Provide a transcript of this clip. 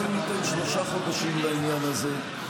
בואי ניתן שלושה חודשים לעניין הזה,